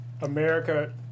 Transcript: America